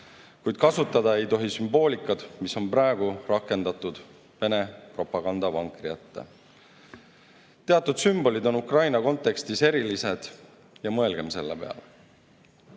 Kuid kasutada ei tohi sümboolikat, mis on praegu rakendatud Vene propagandavankri ette. Teatud sümbolid on Ukraina kontekstis erilised ja mõelgem selle